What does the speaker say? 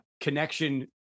connection